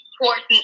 important